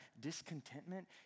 discontentment